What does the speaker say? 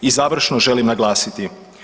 I završno želim naglasiti.